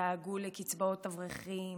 דאגו לקצבאות אברכים,